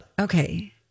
Okay